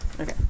Okay